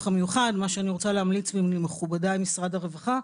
המיוחד מה שאני רוצה להמליץ למכובדי ממשרד הרווחה,